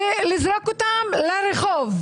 ולזרוק אותם לרחוב.